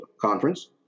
Conference